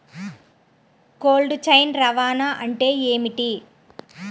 Cold chain రవాణా అంటే ఏమిటీ?